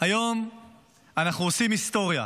היום אנחנו עושים היסטוריה.